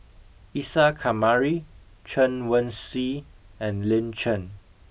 Isa Kamari Chen Wen Hsi and Lin Chen